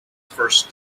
first